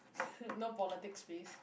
no politics please